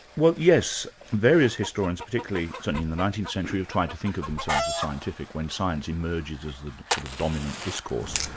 well, yes, various historians, particularly certainly in the nineteenth century, have tried to think of themselves as scientific, when science emerges as the sort of dominant discourse.